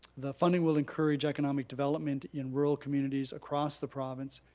the funding will encourage economic development in rural communities across the province,